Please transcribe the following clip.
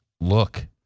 Look